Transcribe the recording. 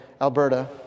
Alberta